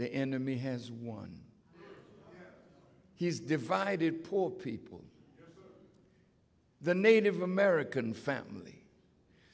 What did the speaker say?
the enemy has one he's different i did poor people the native american family